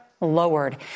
lowered